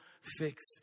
fix